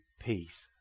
peace